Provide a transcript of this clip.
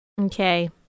Okay